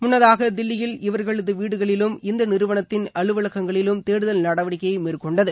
முன்னதாக தில்லியில் இவர்களது வீடுகளிலும் இந்த நிறுவனத்தின் அலுவலகங்களிலும் தேடுதல் நடவடிக்கையை மேற்கொண்டது